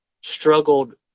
struggled